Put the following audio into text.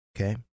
Okay